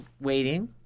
waiting